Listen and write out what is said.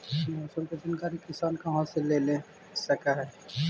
मौसम के जानकारी किसान कहा से ले सकै है?